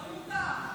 הכול מותר.